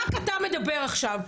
רק אתה מדבר עכשיו.